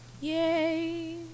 yay